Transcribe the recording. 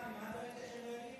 ממה את דואגת שהם לא יודעים?